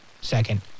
second